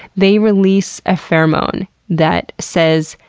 they release a pheromone that says,